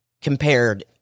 compared